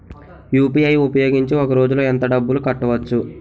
UPI ఉపయోగించి ఒక రోజులో ఎంత డబ్బులు కట్టవచ్చు?